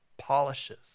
polishes